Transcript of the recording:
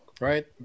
Right